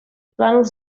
plànols